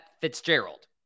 Fitzgerald